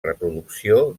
reproducció